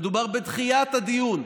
מדובר בדחיית הדיון.